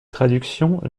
traductions